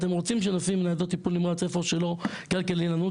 אתם רוצים שנשים ניידות טיפול נמרץ איפה שלא כלכלי לנו?